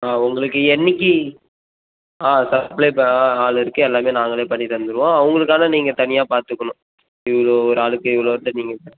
ஆ உங்களுக்கு என்றைக்கி ஆ சப்ளை பா ஆ ஆள் இருக்குது எல்லாமே நாங்களே பண்ணித் தந்துடுவோம் அவங்களுக்கு ஆனால் நீங்கள் தனியாக பார்த்துக்கணும் இவ்வளோ ஒரு ஆளுக்கு இவ்வளோ தர்றீங்கன்னு